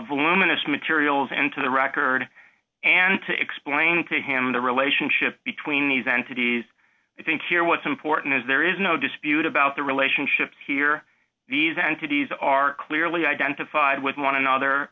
voluminous materials into the record and to explain to him the relationship between these entities i think here what's important is there is no dispute about the relationships here these entities are clearly identified with one another